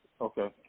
Okay